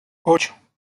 ocho